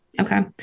Okay